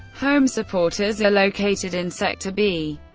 home supporters are located in sector b.